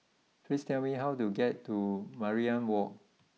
please tell me how to get to Mariam walk